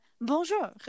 bonjour